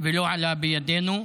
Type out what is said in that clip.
ולא עלה בידינו.